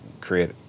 create